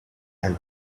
and